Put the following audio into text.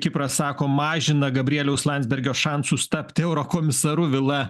kipras sako mažina gabrieliaus landsbergio šansus tapti eurokomisaru vila